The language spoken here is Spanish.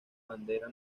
bandera